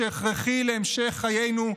ההכרחי להמשך חיינו,